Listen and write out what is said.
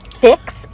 fix